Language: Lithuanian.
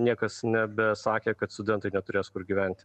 niekas nebesakė kad studentai neturės kur gyventi